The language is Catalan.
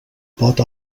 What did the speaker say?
pot